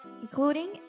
including